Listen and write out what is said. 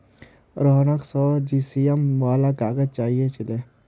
रोहनक सौ जीएसएम वाला काग़ज़ चाहिए छिले